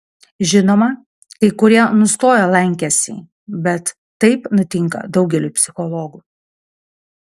žinoma kai kurie nustojo lankęsi bet taip nutinka daugeliui psichologų